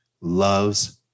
loves